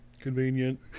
convenient